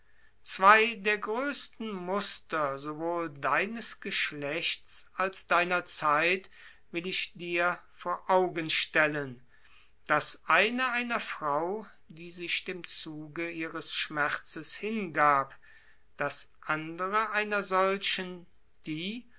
zwei der größten muster sowohl deines geschlechts als deiner zeit will ich dir vor augen stellen das eine einer frau die sich dem zuge ihres schmerzes hingab das andere einer solchen die